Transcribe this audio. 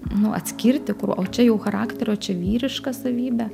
nu atskirti kur o čia jau charakterio čia vyriška savybė